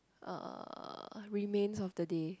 uh remains of the day